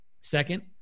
Second